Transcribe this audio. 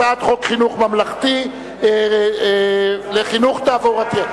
הצעת חוק חינוך ממלכתי (חינוך תעבורתי).